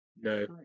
no